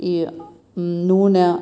ఈ నూనె